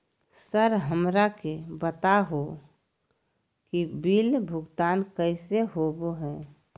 Sir हमरा के बता हो कि बिल भुगतान कैसे होबो है?